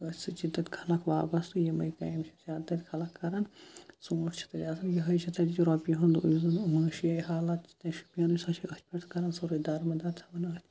أتھۍ چھِ تَتہِ خلق وابسطہٕ یِمَے کامہِ چھےٚ زیادٕ تَتہِ خلق کَران ژوٗںٛٹھۍ چھِ تَتہِ آسان یِہٕے چھِ تَتچہِ رۄپیہِ ہُنٛد یُس زَن وَنو شے حالات چھِ تَتہِ شُپیَنٕچ سۄ چھےٚ أتھۍ پٮ۪ٹھ کَران سورُے دارمُدار تھاوان أتھۍ